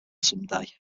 someday